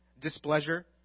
displeasure